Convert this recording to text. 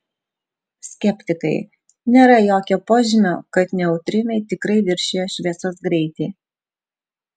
skeptikai nėra jokio požymio kad neutrinai tikrai viršijo šviesos greitį